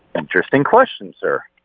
interesting question, sir